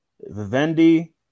Vivendi